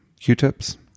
q-tips